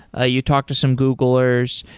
ah you talked to some googlers.